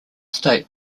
state